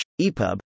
epub